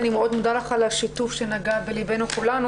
אני מאוד מודה לך על השיתוף שנגע בליבנו כולנו.